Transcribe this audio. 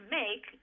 make